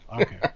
Okay